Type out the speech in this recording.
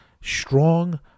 strong